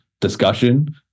discussion